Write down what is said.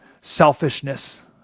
selfishness